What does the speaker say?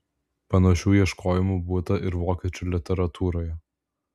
panašių ieškojimų būta ir vokiečių literatūroje